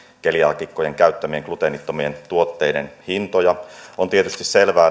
keliaakikkojen käyttämien gluteenittomien tuotteiden hintoja on tietysti selvää